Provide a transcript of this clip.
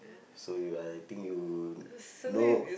so you I think you know